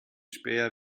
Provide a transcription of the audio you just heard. späher